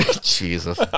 Jesus